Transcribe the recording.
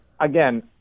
again